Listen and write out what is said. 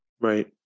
Right